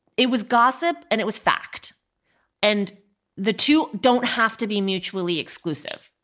it was gossip and it was fact and the two don't have to be mutually exclusive.